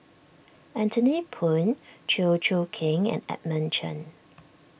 Anthony Poon Chew Choo Keng and Edmund Chen